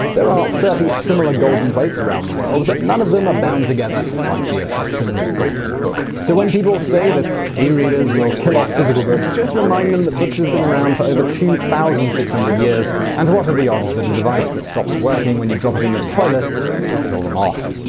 there are thirty similar golden plates around the world, but none of them are bound together like the etruscan s golden book. so when people say that e-readers will kill off physical books, just remind them that books have been around for over two thousand six hundred years, and what are the odds that a device that will stop working when you drop it in the toilet will kill them off?